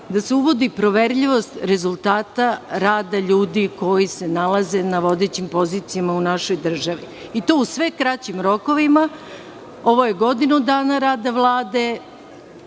da se uvodi poverljivost rezultata rada ljudi koji se nalaze na vodećim pozicijama u našoj državi i tu u sve kraćim rokovima. Ovo je godinu dana rada Vlade.